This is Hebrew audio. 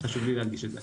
חשוב לי להדגיש את זה.